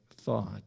thought